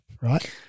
right